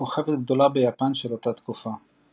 כוכבת גדולה ביפן של אותה התקופה.